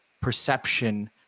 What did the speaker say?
perception